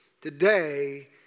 Today